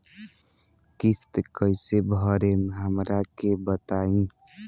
किस्त कइसे भरेम हमरा के बताई?